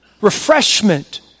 refreshment